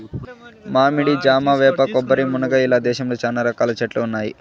మామిడి, జామ, వేప, కొబ్బరి, మునగ ఇలా దేశంలో చానా రకాల చెట్లు ఉన్నాయి